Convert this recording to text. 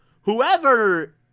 whoever